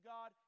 God